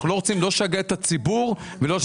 אנחנו לא רוצים לא לשגע את הציבור ולא,